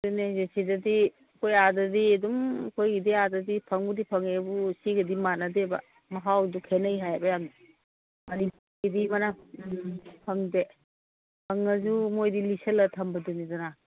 ꯑꯗꯨꯅꯦ ꯍꯥꯏꯁꯦ ꯁꯤꯗꯗꯤ ꯑꯩꯈꯣꯏ ꯑꯥꯗꯗꯤ ꯑꯗꯨꯝ ꯑꯩꯈꯣꯏꯒꯤꯗꯤ ꯑꯥꯗꯗꯤ ꯐꯪꯕꯨꯗꯤ ꯐꯪꯉꯦꯕꯨ ꯁꯤꯒꯗꯤ ꯃꯥꯟꯅꯗꯦꯕ ꯃꯍꯥꯎꯗꯣ ꯈꯦꯅꯩ ꯍꯥꯏꯑꯦꯕ ꯌꯥꯝꯅ ꯍꯥꯏꯗꯤ ꯐꯪꯗꯦ ꯐꯪꯉꯁꯨ ꯃꯣꯏꯗꯤ ꯂꯤꯁꯜꯂꯒ ꯊꯝꯕꯗꯨꯅꯤꯗꯅ